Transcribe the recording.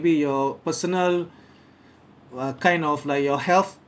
your personal uh kind of like your health